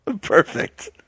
Perfect